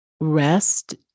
rest